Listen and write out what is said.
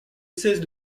cesse